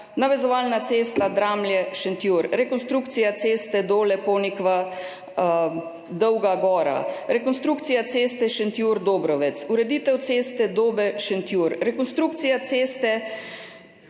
navezovalna cesta Dramlje–Šentjur, rekonstrukcija ceste Dole–Ponikva–Dolga Gora, rekonstrukcija ceste Šentjur–Dobrovec, ureditev ceste Dobe–Šentjur, rekonstrukcija ceste